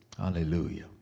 Hallelujah